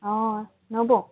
অ নবৌ